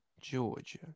Georgia